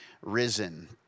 risen